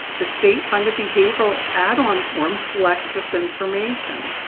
the state funded behavioral add-on form collects this information.